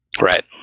Right